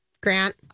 Grant